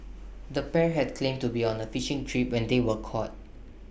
the pair had claimed to be on A fishing trip when they were caught